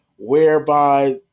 whereby